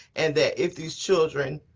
and that if these children